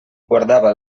guardava